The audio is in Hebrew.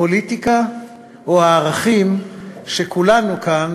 הפוליטיקה או הערכים שכולנו כאן,